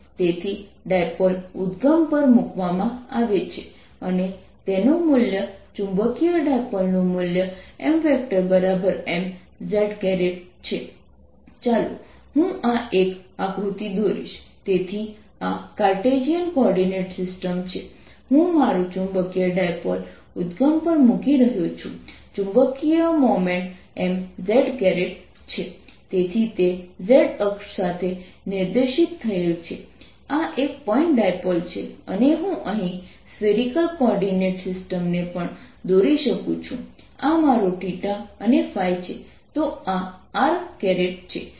તેથી બિંદુ p પર પોટેન્શિયલ એ સપાટી ના તમામ એલિમેન્ટને કારણે પોટેન્શિયલનો સરવાળો હશે જે Vr 14π0σR ddzr Rછે r R જે ચાર્જ એલિમેન્ટ થી તે બિંદુ સુધીનું અંતર છે કે જ્યાં તમારે પોટેન્શિયલ ગણતરી કરવી પડશે